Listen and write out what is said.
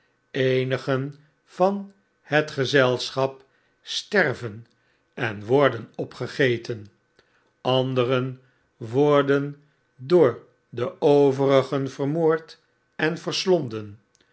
eenigen van het gezelschap sterven en worden opgegeten anderen worden door de overigen vermoord en